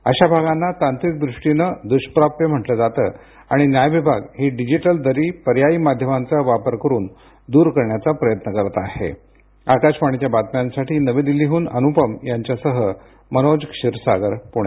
अशा भागांना तांत्रिक दृष्टीने द्वष्प्राप्य म्हटले जाते आणि न्याय विभाग ही डिजिटल दरी पर्यायी माध्यमांचा वापर करुन दूर करण्याचा प्रयत्न करत आहेआकाशवाणीच्या बातम्यांसाठी नवी दिल्लीहून अनुपम यांच्यासह मनोज क्षीरसागर पुणे